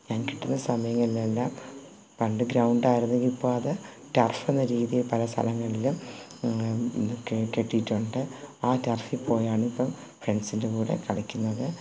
ഞാൻ കിട്ടുന്ന സമയങ്ങൾലെല്ലാം പണ്ട് ഗ്രൗണ്ടായിരുന്നെങ്കിൽ ഇപ്പോൾ അത് ടർഫ് എന്ന രീതിയിൽ പല സ്ഥലങ്ങളിൽ കേ കേട്ടിട്ടുണ്ട് ആ ടർഫിൽ പോയാണ് ഇപ്പോൾ ഫ്രണ്ട്സിന്റെ കൂടെ കളിക്കുന്നത്